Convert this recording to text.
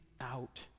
out